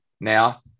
Now